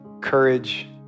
courage